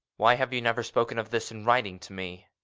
why have you never spoken of this in writing to me?